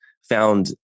found